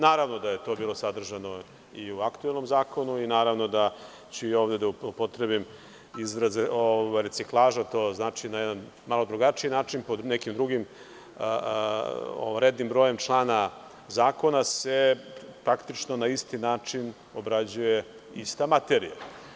Naravno da je to bilo sadržano i u aktuelnom zakonu i naravno da ću i ovde da upotrebim izraze „reciklaža“, to znači na jedan malo drugačiji način, pod nekim drugim rednim brojem člana zakona se praktično na isti način obrađuje ista materija.